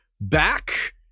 back